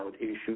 issues